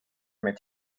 mitt